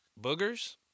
Boogers